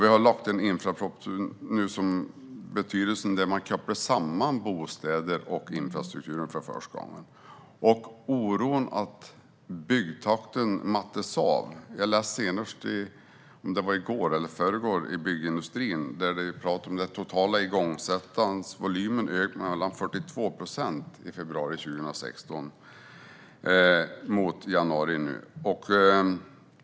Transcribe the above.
Vi har nu lagt fram en infrastrukturproposition med betydelsen att man för första gången kopplar samman bostäder och infrastruktur. När det gäller oron för att byggtakten mattas av läste jag senast i går eller i förrgår i Byggindustrin, där man talar om att den totala ingångsättandevolymen har ökat med 42 procent från februari 2016 till januari i år.